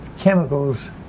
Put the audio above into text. Chemicals